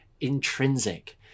intrinsic